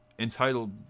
Entitled